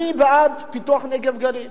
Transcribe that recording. אני בעד פיתוח הנגב והגליל.